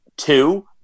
Two